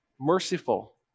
merciful